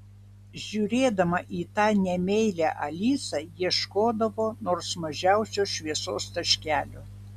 žiūrėdama į tą nemeilę alisa ieškodavo nors mažiausio šviesos taškelio